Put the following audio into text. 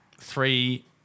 three